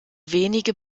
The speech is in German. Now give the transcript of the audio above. wenige